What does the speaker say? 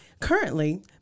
Currently